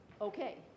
okay